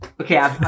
Okay